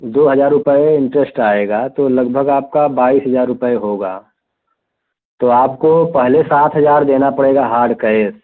दो हज़ार रुपये इन्टरेश्ट आएगा तो लगभग आपका बाईस हज़ार रुपये होगा तो आपको पहले सात हज़ार देना पड़ेगा हार्ड कैस